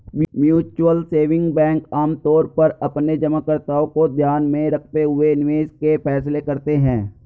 mutual saving bank आमतौर पर अपने जमाकर्ताओं को ध्यान में रखते हुए निवेश के फैसले करते हैं